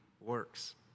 works